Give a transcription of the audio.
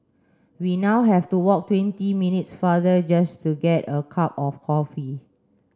we now have to walk twenty minutes farther just to get a cup of coffee